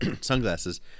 Sunglasses